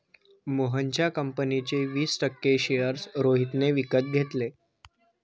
मोहनच्या कंपनीचे वीस टक्के शेअर्स रोहितने विकत घेतले